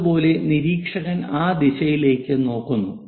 അതുപോലെ നിരീക്ഷകൻ ആ ദിശയിലേക്ക് നോക്കുന്നു